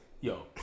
Yo